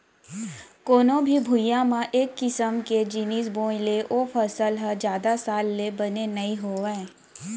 कोनो भी भुइंया म एक किसम के जिनिस बोए ले ओ फसल ह जादा साल ले बने नइ होवय